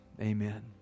amen